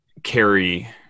carry